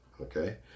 Okay